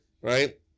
right